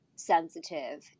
sensitive